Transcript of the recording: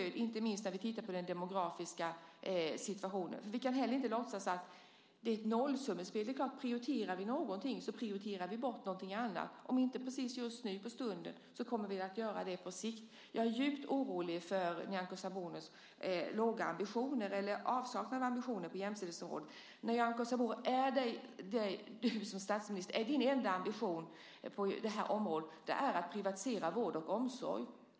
Det ser vi inte minst när vi tittar på den demografiska situationen. Vi kan ju inte heller låtsas att det är ett nollsummespel. Det är klart att om vi prioriterar någonting så prioriterar vi bort någonting annat. Om vi inte gör det precis just nu, så kommer vi att göra det på sikt. Jag är djupt orolig för Nyamko Sabunis låga ambitioner eller avsaknad av ambitioner på jämställdhetsområdet. Nyamko Sabuni! Är din enda ambition på det här området att privatisera vård och omsorg?